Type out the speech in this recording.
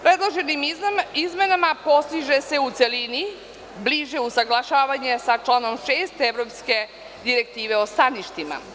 Predloženim izmenama postiže se u celini bliže usaglašavanje sa članom 6. Evropske direktive o staništima.